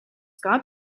got